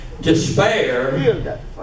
Despair